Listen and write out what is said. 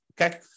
Okay